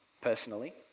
personally